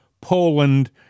Poland